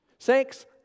Sex